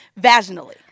vaginally